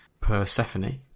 Persephone